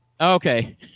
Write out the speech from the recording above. Okay